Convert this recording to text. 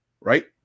right